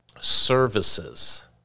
services